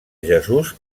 jesús